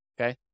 Okay